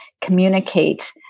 communicate